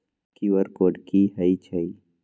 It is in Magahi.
कियु.आर कोड कि हई छई?